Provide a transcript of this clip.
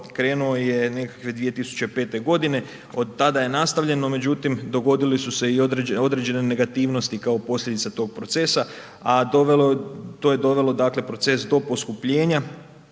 krenuo je nekakve 2005.g., od tada je nastavljeno, međutim, dogodile su se i određene negativnosti kao posljedica tog procesa, a to je dovelo, dakle, proces do poskupljenja